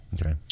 Okay